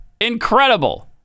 Incredible